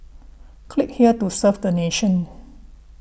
click here to serve the nation